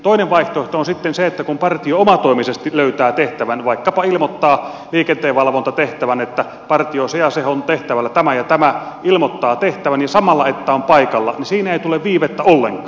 toinen vaihtoehto on sitten se että kun partio omatoimisesti löytää tehtävän vaikkapa ilmoittaa liikenteenvalvontatehtävän että partio se ja se on tehtävällä tämä ja tämä ja ilmoittaa samalla että on paikalla niin siinä ei tule viivettä ollenkaan